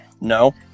No